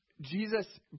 Jesus